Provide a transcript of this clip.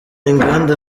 inganda